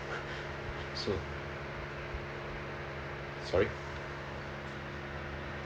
soon sorry